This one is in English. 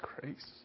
grace